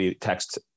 text